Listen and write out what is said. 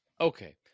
okay